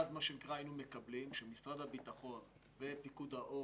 היינו מקבלים שמשרד הביטחון ופיקוד העורף,